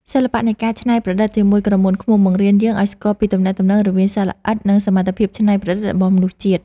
សិល្បៈនៃការច្នៃប្រឌិតជាមួយក្រមួនឃ្មុំ បង្រៀនយើងឱ្យស្គាល់ពីទំនាក់ទំនងរវាងសត្វល្អិត និង សមត្ថភាពច្នៃប្រឌិតរបស់មនុស្សជាតិ។